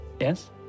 yes